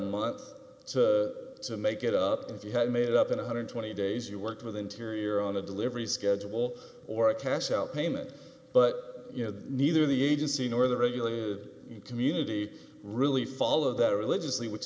month to make it up and if you had made it up in one hundred and twenty dollars days you worked with interior on a delivery schedule or a cash out payment but you know neither the agency nor the regular community really followed that religiously which